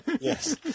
yes